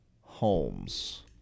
Holmes